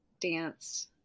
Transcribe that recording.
dance